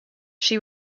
she